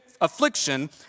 affliction